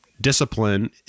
Discipline